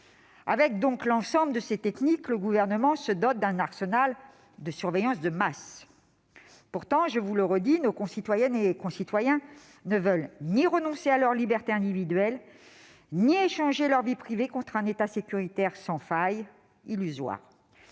Avec l'ensemble de ces techniques, le Gouvernement se dote d'un arsenal de surveillance de masse. Pourtant, je vous le redis, nos concitoyennes et concitoyens ne veulent ni renoncer à leur liberté individuelle ni échanger leur vie privée contre un État sécuritaire sans faille, illusoire.